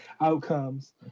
outcomes